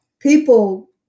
People